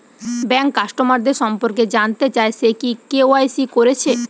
bank কাস্টমারদের সম্পর্কে জানতে চাই সে কি কে.ওয়াই.সি কোরেছে